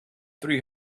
three